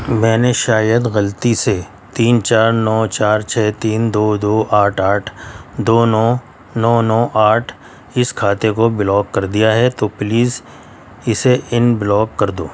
میں نے شاید غلطی سے تین چار نو چار چھ تین دو دو آٹھ آٹھ دو نو نو نو آٹھ اس کھاتے کو بلاک کر دیا ہے تو پلیز اسے ان بلاک کر دو